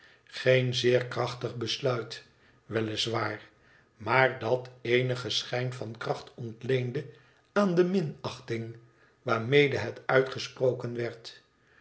geen zeer krachtig besluit wel is waar maar dat eenigen schijn van kracht ontleende aan de minachting waarmede het uitgesproken werd